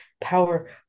power